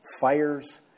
Fires